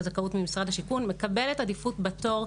הזכאות ממשרד השיכון היא מקבלת עדיפות בתור,